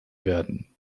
werden